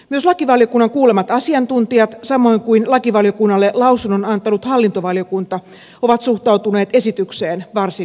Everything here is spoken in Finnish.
myös lakivaliokunnan kuulemat asiantuntijat samoin kuin lakivaliokunnalle lausunnon antanut hallintovaliokunta ovat suhtautuneet esitykseen varsin myönteisesti